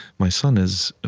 my son is